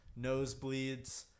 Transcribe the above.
nosebleeds